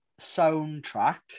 soundtrack